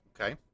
Okay